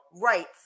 rights